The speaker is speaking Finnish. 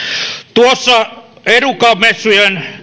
tuossa educa messujen